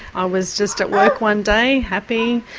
i was just at work one day, happy.